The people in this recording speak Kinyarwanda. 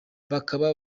bakaba